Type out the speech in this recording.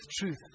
truth